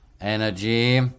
energy